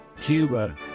Cuba